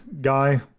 guy